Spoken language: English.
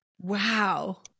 Wow